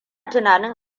tunanin